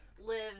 lives